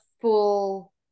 full